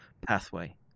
pathway